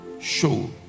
show